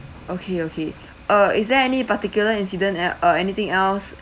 okay okay uh is there any particular incident and uh anything else